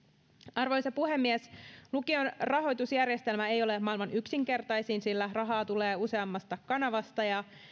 arvoisa puhemies lukion rahoitusjärjestelmä ei ole maailman yksinkertaisin sillä rahaa tulee useammasta kanavasta ja